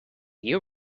you